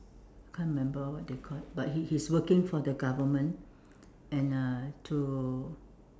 can't remember what they call it but he he is working for the government and uh to